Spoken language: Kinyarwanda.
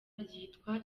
ryitwa